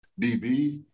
DBs